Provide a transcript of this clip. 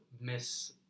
Miss